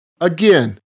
Again